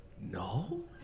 no